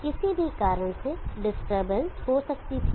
किसी भी कारण से डिस्टरबेंस हो सकती थी